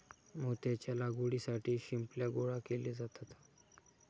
मोत्याच्या लागवडीसाठी शिंपल्या गोळा केले जातात